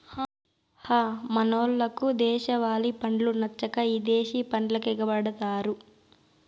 హ మనోళ్లకు దేశవాలి పండ్లు నచ్చక ఇదేశి పండ్లకెగపడతారు